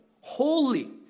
holy